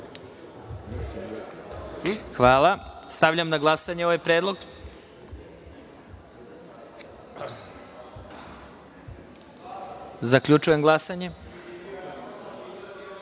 Hvala. Stavljam na glasanje ovaj predlog. Zaključujem glasanje: